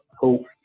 hope